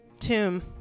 tomb